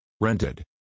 Rented